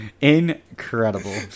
Incredible